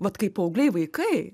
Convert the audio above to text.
vat kaip paaugliai vaikai